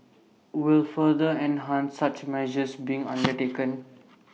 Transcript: will further enhance such measures being undertaken